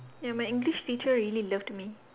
ya my English teacher really loved me